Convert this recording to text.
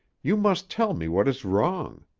you must tell me what is wrong.